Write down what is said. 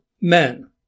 men